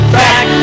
back